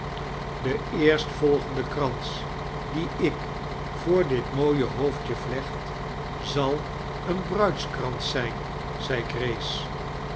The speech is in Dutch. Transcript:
vroegrde eerstvolgende krans dien ik voor dit mooie hoofdje vlecht zal een bruidskxans zijn zei